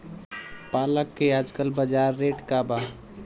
पालक के आजकल बजार रेट का बा?